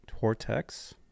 Tortex